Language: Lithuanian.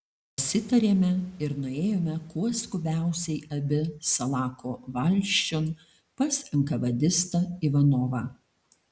pasitarėme ir nuėjome kuo skubiausiai abi salako valsčiun pas enkavedistą ivanovą